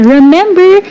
Remember